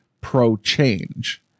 pro-change